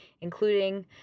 including